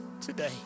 today